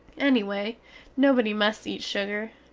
ennyway nobody must eat sugar.